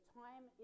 time